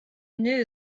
knew